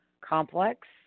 Complex